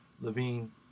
Levine